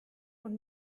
und